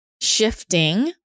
shifting